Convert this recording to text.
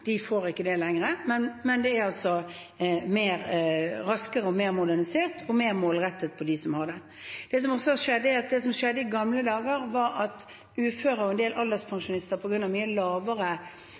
ikke får det lenger. Men det er raskere, mer modernisert og mer målrettet for dem som har det. Det som skjedde i gamle dager, var at uføre og en del